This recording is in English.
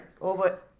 over